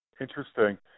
Interesting